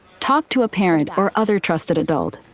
talk to a parent or other trusted adult.